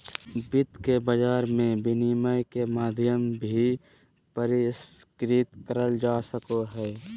वित्त के बाजार मे विनिमय के माध्यम भी परिष्कृत करल जा सको हय